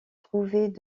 trouvaient